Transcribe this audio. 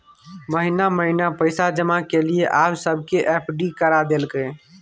महिना महिना पैसा जमा केलियै आब सबके एफ.डी करा देलकै